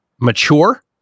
mature